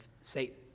Satan